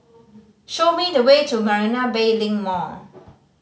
show me the way to Marina Bay Link Mall